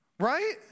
right